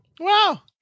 Wow